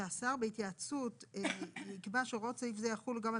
שהשר בהתייעצות ייקבע שהוראות סעיף זה יחולו גם על